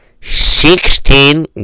Sixteen